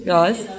Guys